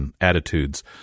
attitudes